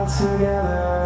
together